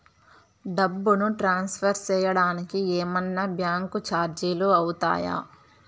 డబ్బును ట్రాన్స్ఫర్ సేయడానికి ఏమన్నా బ్యాంకు చార్జీలు అవుతాయా?